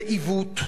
זה עיוות,